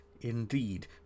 indeed